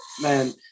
man